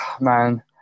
Man